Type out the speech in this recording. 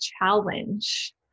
challenge